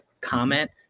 comment